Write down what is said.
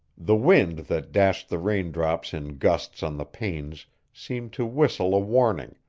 the wind that dashed the rain-drops in gusts on the panes seemed to whistle a warning,